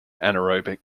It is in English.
anaerobic